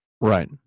right